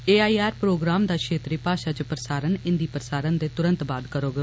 A I R programme दा क्षेत्रीय भाशा च प्रसारण हिंदी प्रसारण दे तुरंत बाद करोग